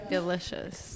Delicious